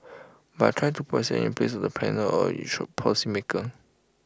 but I try to put in the place of A planner or policy maker